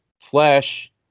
Flash